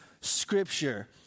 Scripture